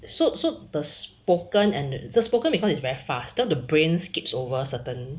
so so the spoken and the it's spoken because it's very fast and the brain skips over certain